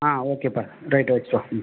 ஆ ஓகேப்பா ரைட் வெச்சிடுப்பா ம்